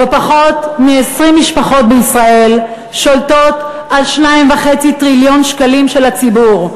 שבו פחות מ-20 משפחות בישראל שולטות על 2.5 טריליון שקלים של הציבור,